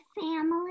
family